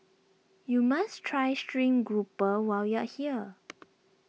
you must try Stream Grouper while you are here